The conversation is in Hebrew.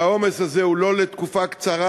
והעומס הזה הוא לא לתקופה קצרה,